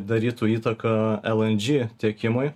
darytų įtaką elandžy tiekimui